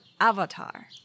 Avatar